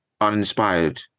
uninspired